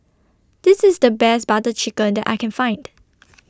This IS The Best Butter Chicken that I Can Find